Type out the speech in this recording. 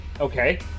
Okay